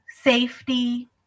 safety